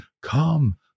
come